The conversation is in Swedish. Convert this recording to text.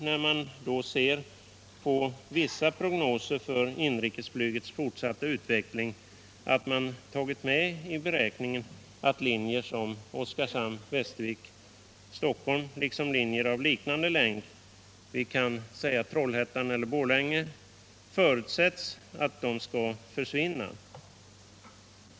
När man ser på vissa prognoser för inrikesflygets fortsatta utveckling blir man nästan benägen att tro att det förutsatts att linjer som Oskarshamn-Västervik-Stockholm och andra linjer av ungefär motsvarande längd, t.ex. från Trollhättan eller Borlänge, skall försvinna.